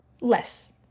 less